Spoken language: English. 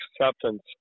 acceptance